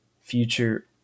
future